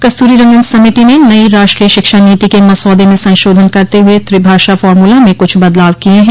कस्तूरीरंगन समिति ने नई राष्ट्रीय शिक्षा नीति के मसौदे में संशोधन करते हुए त्रिभाषा फॉर्मूला में कुछ बदलाव किये हैं